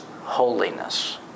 holiness